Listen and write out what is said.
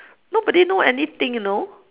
nobody know anything you know